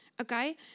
Okay